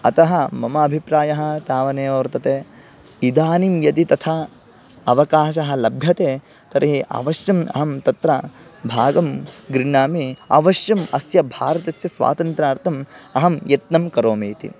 अतः मम अभिप्रायः तावानेव वर्तते इदानीं यदि तथा अवकाशः लभ्यते तर्हि अवश्यम् अहं तत्र भागं गृह्णामि अवश्यम् अस्य भारतस्य स्वातन्त्र्यार्थम् अहं यत्नं करोमि इति